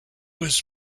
was